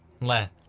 Let